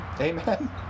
Amen